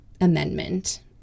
amendment